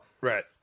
Right